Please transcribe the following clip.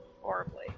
horribly